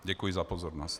Děkuji za pozornost.